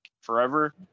forever